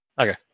Okay